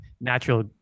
natural